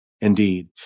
Indeed